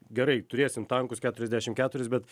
gerai turėsim tankus keturiasdešim keturis bet